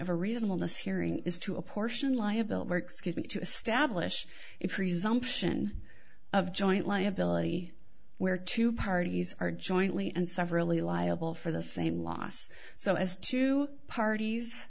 of a reasonable this hearing is to apportion liability or excuse me to establish it presumption of joint liability where two parties are jointly and severally liable for the same loss so as two parties